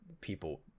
people